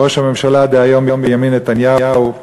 ראש הממשלה דהיום בנימין נתניהו.